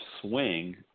swing